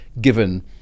given